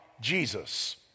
Jesus